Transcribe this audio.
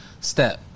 step